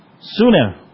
sooner